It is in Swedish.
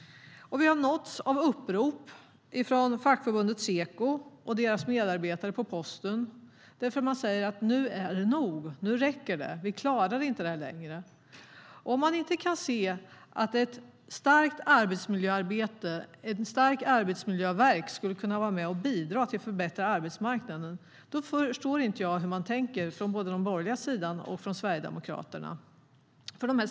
Vi har också nåtts av upprop från fackförbundet Seco och deras medarbetare på Posten. De säger: Nu är det nog! Nu räcker det. Vi klarar inte det här längre. Om man inte kan se att ett starkt arbetsmiljöarbete - ett starkt arbetsmiljöverk - skulle kunna vara med och bidra till att förbättra arbetsmarknaden förstår inte jag hur man tänker från den borgerliga sidan och från Sverigedemokraterna.